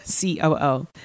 COO